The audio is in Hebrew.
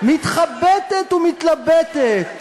מתחבט ומתלבט,